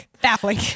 Baffling